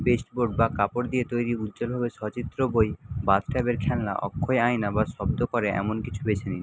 pasteboard বা কাপড় দিয়ে তৈরি উজ্জ্বলভাবে সচিত্র বই বাথটাবের খেলনা অক্ষয় আয়না বা শব্দ করে এমন কিছু বেছে নিন